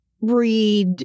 read